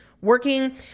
working